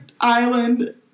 island